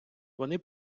вони